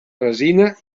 resina